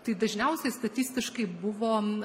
tai dažniausiai statistiškai buvo